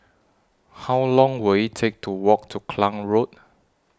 How Long Will IT Take to Walk to Klang Road